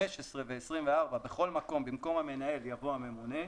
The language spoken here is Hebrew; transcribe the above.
15 ו-24, בכל מקום, במקום "המנהל" יבוא "הממונה".